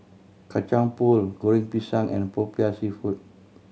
Kacang Pool Goreng Pisang and Popiah Seafood